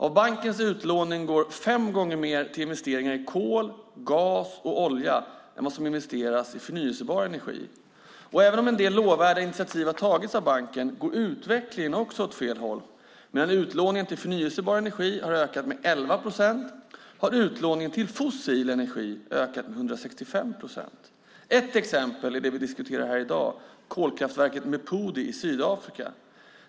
Av bankens utlåning går fem gånger mer till investeringar i kol, gas och olja än vad som investeras i förnybar energi. Och även om en del lovvärda initiativ har tagits av banken går utvecklingen åt fel håll. Medan utlåningen till förnybar energi har ökat med 11 procent har utlåningen till fossil energi ökat med 165 procent. Ett exempel är det vi diskuterar här i dag, kolkraftverket Medupi i Sydafrika.